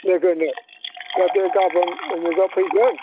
लोगोनो जाहाथे गाबोन उमुगआ फैगोन